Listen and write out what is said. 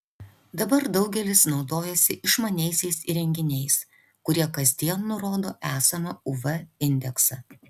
dabar daugelis naudojasi išmaniaisiais įrenginiais kurie kasdien nurodo esamą uv indeksą